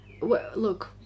look